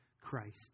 Christ